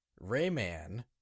Rayman